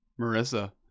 marissa